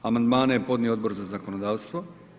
Amandmane je podnio Odbor za zakonodavstvo.